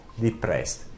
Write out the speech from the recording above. depressed